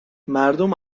مردم